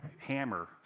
hammer